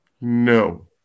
No